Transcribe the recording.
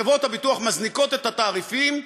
חברות הביטוח מזניקות את התעריפים,